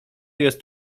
jest